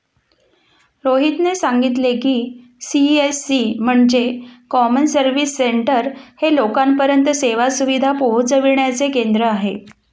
रोहितने सांगितले की, सी.एस.सी म्हणजे कॉमन सर्व्हिस सेंटर हे लोकांपर्यंत सेवा सुविधा पोहचविण्याचे केंद्र आहे